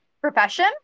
profession